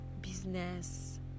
business